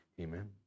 Amen